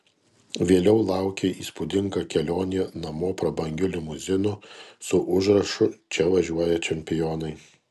vėliau laukė įspūdinga kelionė namo prabangiu limuzinu su užrašu čia važiuoja čempionai